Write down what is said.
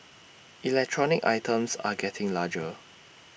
electronic items are getting larger